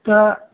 दा